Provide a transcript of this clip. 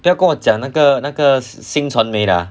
不要跟我讲那个那个新传媒的